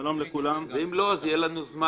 אם לא , אז יהיה לנו זמן.